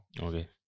Okay